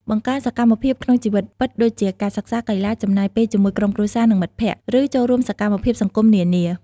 បង្កើនសកម្មភាពក្នុងជីវិតពិតដូចជា ការសិក្សា កីឡា ចំណាយពេលជាមួយក្រុមគ្រួសារ និងមិត្តភក្តិ ឬចូលរួមសកម្មភាពសង្គមនានា។